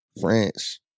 France